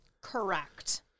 Correct